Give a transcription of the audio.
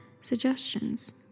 Suggestions